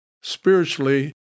spiritually